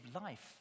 life